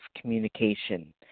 communication